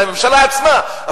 של הממשלה עצמה.